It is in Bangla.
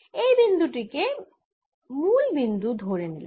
এই বিন্দু টি কে মুল বিন্দু ধরে নিলাম